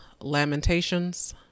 Lamentations